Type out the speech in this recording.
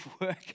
work